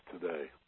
today